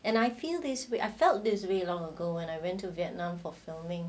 and I feel this way I felt this way you long ago when I went to vietnam for filming